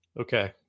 okay